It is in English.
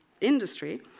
industry